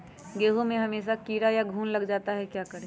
गेंहू में हमेसा कीड़ा या घुन लग जाता है क्या करें?